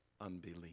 unbelief